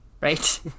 Right